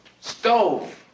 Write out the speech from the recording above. Stove